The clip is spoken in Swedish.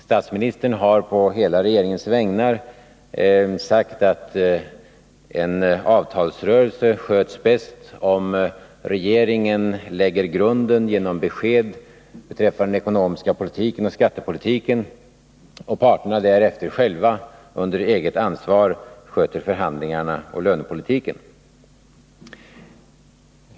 Statsministern har på hela regeringens vägnar sagt att en avtalsrörelse sköts bäst om regeringen lägger grunden genom besked beträffande den ekonomiska politiken och skattepolitiken och parterna därefter själva under eget ansvar sköter förhandlingarna och lönepolitiken.